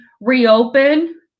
reopen